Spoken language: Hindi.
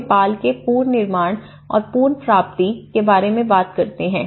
हम नेपाल के पुनर्निर्माण और पुनर्प्राप्ति के बारे में बात करते हैं